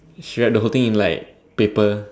she wrapped the whole thing in like paper